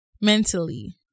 mentally